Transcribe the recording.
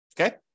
Okay